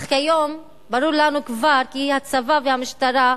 אך כיום ברור לנו כבר כי הצבא והמשטרה,